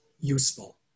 useful